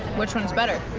which one's better?